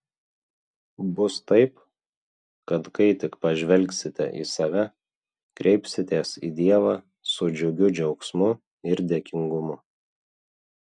bus taip kad kai tik pažvelgsite į save kreipsitės į dievą su džiugiu džiaugsmu ir dėkingumu